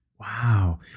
Wow